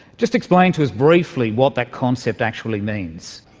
just explain to us briefly what that concept actually means.